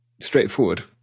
straightforward